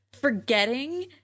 forgetting